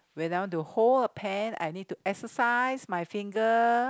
when I want to hold a pen I need to exercise my finger